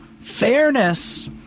fairness